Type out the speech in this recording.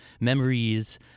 memories